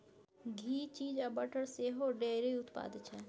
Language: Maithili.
घी, चीज आ बटर सेहो डेयरी उत्पाद छै